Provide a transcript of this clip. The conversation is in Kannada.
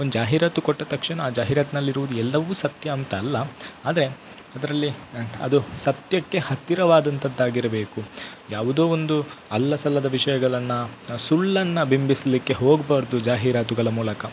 ಒಂದು ಜಾಹೀರಾತು ಕೊಟ್ಟ ತಕ್ಷಣ ಆ ಜಾಹೀರಾತಿನಲ್ಲಿರುವುದು ಎಲ್ಲವೂ ಸತ್ಯ ಅಂತಲ್ಲ ಆದರೆ ಅದರಲ್ಲಿ ಅದು ಸತ್ಯಕ್ಕೆ ಹತ್ತಿರವಾದಂತದ್ದಾಗಿರಬೇಕು ಯಾವುದೋ ಒಂದು ಅಲ್ಲಸಲ್ಲದ ವಿಷಯಗಳನ್ನ ಸುಳ್ಳನ್ನು ಬಿಂಬಿಸಲಿಕ್ಕೆ ಹೋಗಬಾರ್ದು ಜಾಹೀರಾತುಗಳ ಮೂಲಕ